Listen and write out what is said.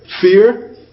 fear